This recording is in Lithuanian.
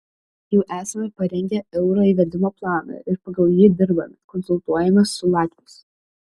jau esame parengę euro įvedimo planą ir pagal jį dirbame konsultuojamės su latviais